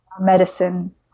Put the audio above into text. medicine